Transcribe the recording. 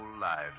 lives